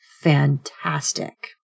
fantastic